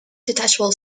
detachable